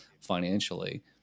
financially